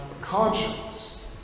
conscience